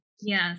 Yes